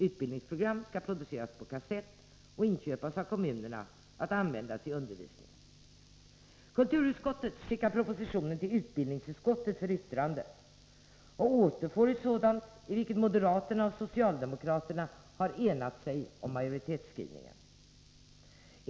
Utbildningsprogram skall produceras på kassett och inköpas av kommunerna att användas i undervisningen. Kulturutskottet skickar propositionen till utbildningsutskottet för yttrande och får ett sådant, i vilket moderaterna och socialdemokraterna har enat sig om majoritetsskrivningen.